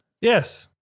Yes